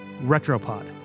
Retropod